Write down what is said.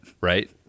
right